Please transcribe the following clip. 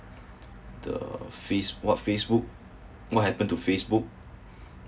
the face what facebook what happen to facebook